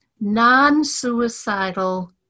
non-suicidal